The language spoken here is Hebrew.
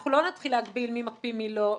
אנחנו לא נתחיל להגביל מי מקפיא, מי לא.